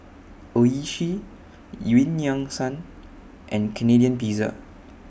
Oishi EU Yan Sang and Canadian Pizza